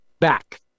back